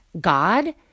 God